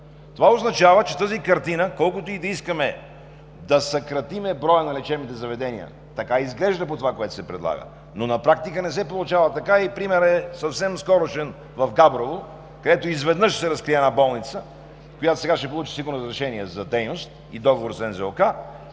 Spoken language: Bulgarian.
Това означава тази картина, колкото и да искаме да съкратим броя на лечебните заведения, така изглежда по това, което се предлага, но на практика не се получава така. Примерът е съвсем скорошен – в Габрово, където изведнъж се разкри една болница, която сигурно сега ще получи разрешение за дейност и договор с НЗОК,